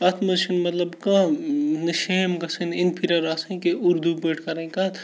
اَتھ منٛز چھِنہٕ مطلب کانٛہہ نہٕ شیم گژھٕنۍ اِنفیٖریَر آسٕنۍ کہِ اُردو پٲٹھۍ کَرٕنۍ کَتھ